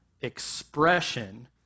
expression